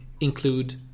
include